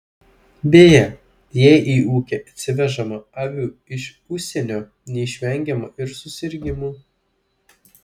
beje jei į ūkį atsivežama avių iš užsienio neišvengiama ir susirgimų